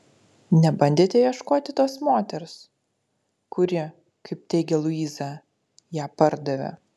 nebandėte ieškoti tos moters kuri kaip teigia luiza ją pardavė